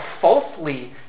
falsely